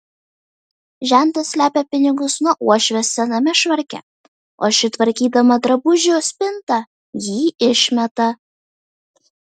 žentas slepia pinigus nuo uošvės sename švarke o ši tvarkydama drabužių spintą jį išmeta